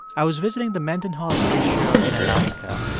i was visiting the mendenhall glacier in alaska.